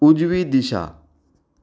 उजवी दिशा